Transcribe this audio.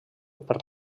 per